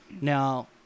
Now